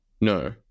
no